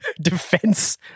defense